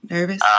Nervous